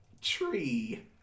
Tree